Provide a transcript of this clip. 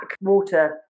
water